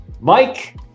mike